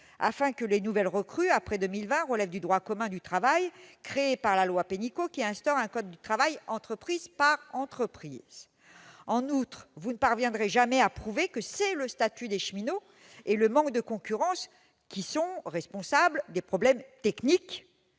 afin que les personnes recrutées après 2020 relèvent du droit commun, celui qu'a créé la loi Pénicaud qui instaure un code du travail entreprise par entreprise ... En outre, vous ne parviendrez jamais à prouver que c'est le statut des cheminots ou le manque de concurrence qui est responsable des problèmes techniques